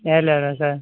நேர்லயே வரவா சார்